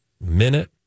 minute